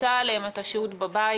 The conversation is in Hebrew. כפתה עליהם את השהות בבית.